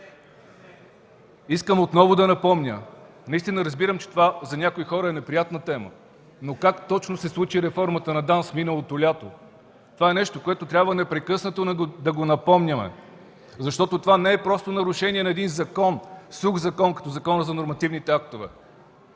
от ДПС.) Настина, разбирам, че това за много хора е неприятна тема. Но как точно се случи реформата на ДАНС миналото лято – това е нещо, което трябва непрекъснато да напомняме. Защото това не е просто нарушение на един закон, сух закон като Закона за нормативните актове.